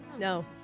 No